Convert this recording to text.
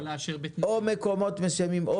או במקומות מסוימים,